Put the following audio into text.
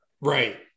Right